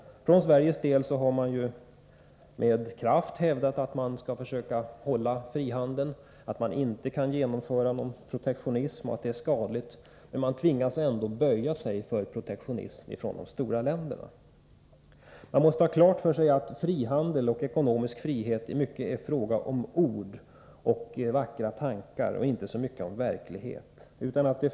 För Sveriges del har man med kraft hävdat att man skall försöka hålla fast vid frihandeln, att man inte kan genomföra någon protektionism — det är skadligt. Men man tvingas ändå böja sig för protektionism från de stora ländernas sida. Vi måste ha klart för oss att frihandel och ekonomisk frihet i mycket är en fråga om ord och vackra tankar och inte så mycket om verklighet.